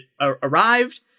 arrived